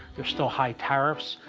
there's still high tariffs.